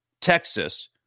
Texas